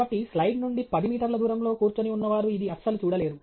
కాబట్టి స్లైడ్ నుండి 10 మీటర్ల దూరంలో కూర్చొని ఉన్నవారు ఇది అస్సలు చూడలేరు